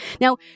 Now